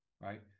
right